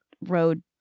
road